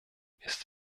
ist